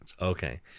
okay